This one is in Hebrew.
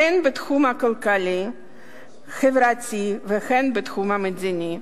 הן בתחום הכלכלי-חברתי והן בתחום המדיני.